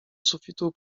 sufitu